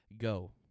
go